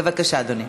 בבקשה, גברתי.